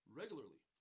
regularly